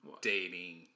dating